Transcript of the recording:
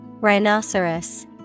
Rhinoceros